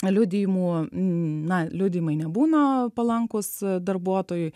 liudijimų na liudijimai nebūna palankūs darbuotojui